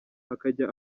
akajya